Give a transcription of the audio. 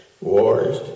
wars